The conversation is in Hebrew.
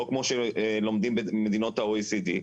לא כמו שלומדים במדינות ה-OECD,